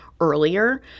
earlier